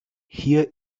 hier